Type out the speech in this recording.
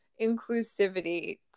inclusivity